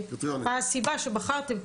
מה הסיבה שבחרתם.